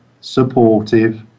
supportive